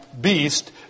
beast